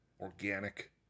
organic